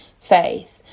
faith